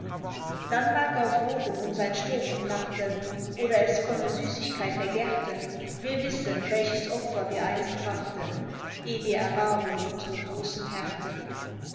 dann mag auf wogen uns ein sturm umnachten oder es komme süßigkeit der gärten wir wissen welches opfer wir einst brachten eh wir erwarben unsere großen härten